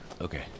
Okay